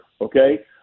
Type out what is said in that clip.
okay